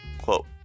quote